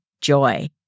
joy